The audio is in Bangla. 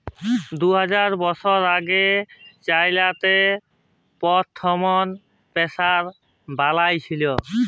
দু হাজার বসর আগে চাইলাতে পথ্থম পেপার বালাঁই ছিল